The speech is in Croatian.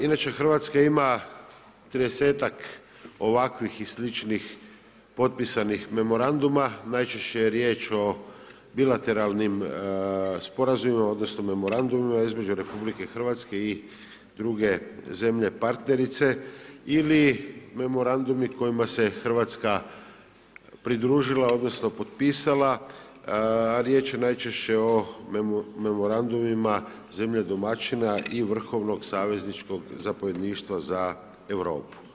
Inače Hrvatska ima tridesetak ovakvih i sličnih potpisanih memoranduma, najčešće je riječ o bilateralnim sporazumima odnosno memorandumima između RH i druge zemlje partnerice ili memorandumi kojima se Hrvatska pridružila odnosno potpisala a riječ je najčešće o memorandumima zemlje domaćina i Vrhovnog savezničkog zapovjedništva za Europu.